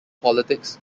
politics